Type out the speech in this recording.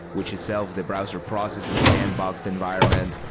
which itself the browser processes sandboxed environment.